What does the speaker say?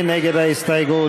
מי נגד ההסתייגות?